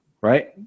right